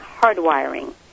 hardwiring